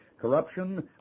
corruption